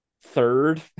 third